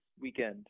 weekend